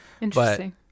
interesting